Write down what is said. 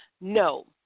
no